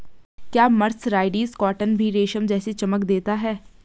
क्या mercerised cotton भी रेशम जैसी चमक देता है?